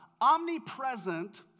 Omnipresent